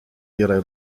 ihrer